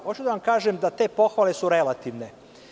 Hoću da vam kažem da te pohvale su relativne.